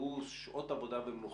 והוא שעות עבודה ומנוחה.